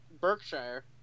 Berkshire